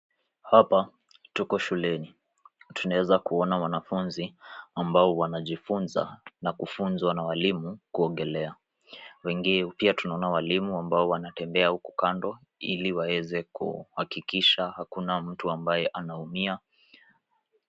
Hapa tuko shuleni. Tunaeza kuona wanafunzi amabayo wanajifunza na kufunzwa na walimu kuokelea, pia tunaona walimu wanatembea huku kando ili waweze kuhakikisha hakuna mtu anaumia.